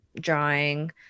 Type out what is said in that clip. drawing